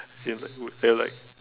she's like would there like